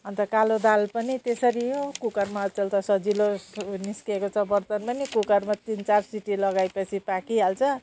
अन्त कालो दाल पनि त्यसरी हो कुकरमा अचल त सजिलो निस्किएको छ बर्तन पनि कुकरमा तिन चार सिटी लगाएपछि पाकिहाल्छ